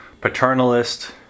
paternalist